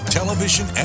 television